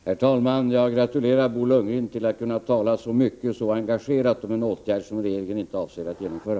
Herr talman! Jag gratulerar Bo Lundgren till att han kan tala så mycket och så engagerat mot en åtgärd som regeringen inte avser att genomföra.